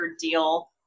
deal